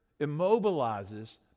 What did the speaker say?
immobilizes